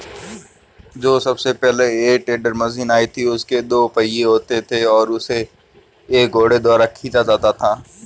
जो सबसे पहले हे टेडर मशीन आई थी उसके दो पहिये होते थे और उसे एक घोड़े द्वारा खीचा जाता था